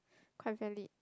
quite valid